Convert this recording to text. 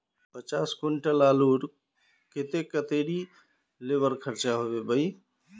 पचास कुंटल आलूर केते कतेरी लेबर खर्चा होबे बई?